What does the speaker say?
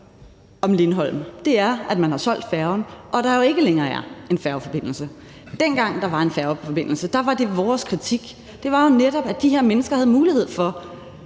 om Lindholm, er, at man har solgt færgen, og at der jo ikke længere er en færgeforbindelse. Dengang der var en færgeforbindelse, var det netop vores kritik, at de her mennesker havde mulighed for